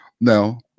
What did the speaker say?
now